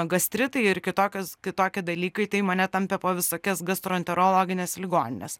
gastritai ir kitokios kitokie dalykai tai mane tampė po visokias gastroenterologines ligonines